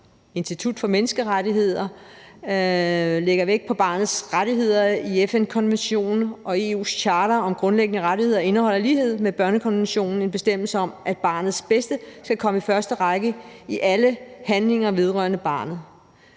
Institut for Menneskerettigheder lægger vægt på barnets rettigheder i FN-konventionen, og EU's charter om grundlæggende rettigheder indeholder i lighed med børnekonventionen en bestemmelse om, at barnets bedste skal komme i første række i alle handlinger vedrørende barnet.